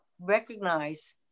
recognize